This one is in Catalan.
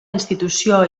institució